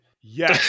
Yes